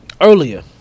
earlier